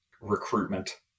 Recruitment